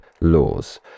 laws